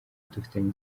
dufitanye